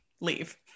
leave